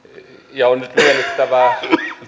ja on miellyttävää